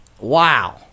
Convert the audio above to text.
Wow